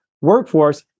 workforce